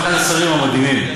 הוא אחד השרים המדהימים.